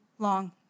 Long